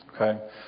okay